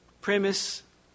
premise